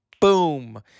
Boom